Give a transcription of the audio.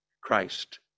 Christ